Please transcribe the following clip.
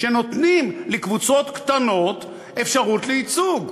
שנותנים לקבוצות קטנות אפשרות לייצוג.